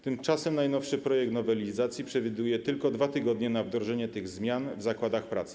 Tymczasem najnowszy projekt nowelizacji przewiduje tylko 2 tygodnie na wdrożenie tych zmian w zakładach pracy.